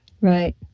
Right